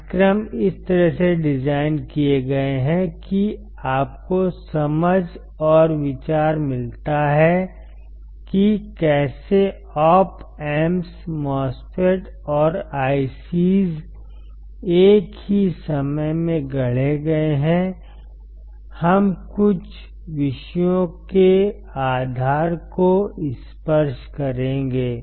पाठ्यक्रम इस तरह से डिज़ाइन किए गए हैं कि आपको समझ और विचार मिलता है कि कैसे ओप एम्प्स MOSFET और IC's एक ही समय में गढ़े गए हैं हम कुछ विषयों के आधार को स्पर्श करेंगे